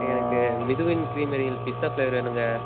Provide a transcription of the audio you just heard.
எனக்கு மிதுவின் க்ரீமரில் பிஸ்தா ஃப்ளேவர் வேணுங்க